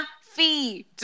Fee